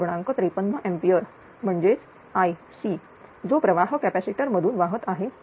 53 ampere म्हणजे IC जो प्रवाह कॅपॅसिटर मधून वाहत आहे तो हा प्रवाह